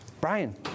Brian